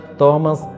Thomas